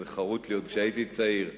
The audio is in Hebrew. זה חרוט לי, עוד כשהייתי צעיר.